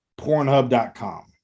pornhub.com